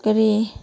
ꯀꯔꯤ